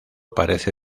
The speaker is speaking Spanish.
parece